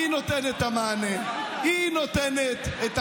היא נותנת את המענה.